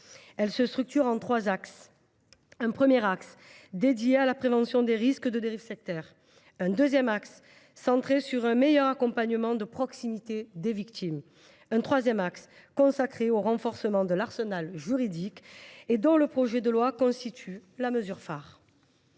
Elle se structure en trois axes : un premier est dédié à la prévention des risques de dérives sectaires ; un deuxième est centré sur un meilleur accompagnement de proximité des victimes ; un troisième est consacré au renforcement de l’arsenal juridique – ce projet de loi en constitue la mesure phare.